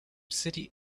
city